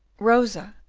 rosa,